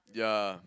ya